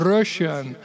Russian